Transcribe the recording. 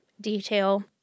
detail